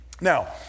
Now